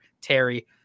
Terry